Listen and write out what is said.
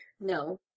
No